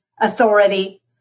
authority